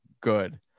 good